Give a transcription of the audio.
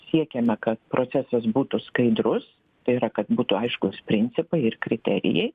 siekiame kad procesas būtų skaidrus tai yra kad būtų aiškūs principai ir kriterijai